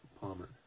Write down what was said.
Palmer